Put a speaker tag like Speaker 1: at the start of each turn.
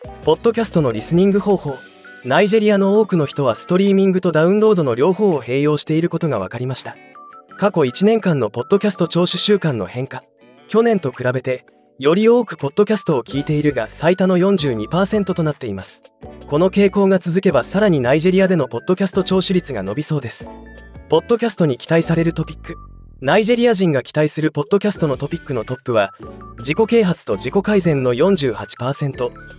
Speaker 1: ポッドキャストのリスニング方法。ナイジェリアの多くの人はストリーミングとダウンロードの両方を併用していることが分かりました。過去一年間のポッドキャスト聴取習慣の変化。去年と比べて、より多くポッドキャストを聞いているが最多の42%となっています。この傾向が続けば、さらにナイジェリアでのポッドキャスト聴取率が伸びそうです。ポッドキャストに期待されるトピック。ナイジェリア人が期待するポッドキャストのトピックのトップは、自己啓発と自己改善の48%。